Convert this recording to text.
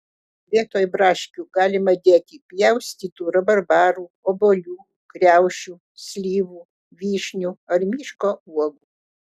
vietoj braškių galima dėti pjaustytų rabarbarų obuolių kriaušių slyvų vyšnių ar miško uogų